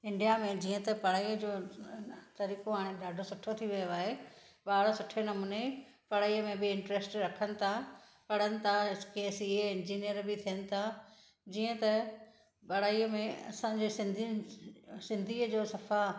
India में जीअं त पढ़ाईअ जो तरीक़ो हाणे ॾाढो सुठो थी वियो आहे ॿार सुठे नमूने पढ़ाई में बि इन्ट्र्स्ट रखनि था पढ़नि था कंहिं सी ए इंजीनियर बि थियनि था जीअं त पढ़ाईअ में असांजे सिंधीनि सिंधीअ जो सफ़ा